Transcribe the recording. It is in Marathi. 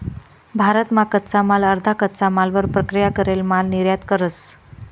भारत मा कच्चा माल अर्धा कच्चा मालवर प्रक्रिया करेल माल निर्यात करस